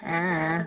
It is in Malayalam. ആ അ